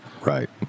Right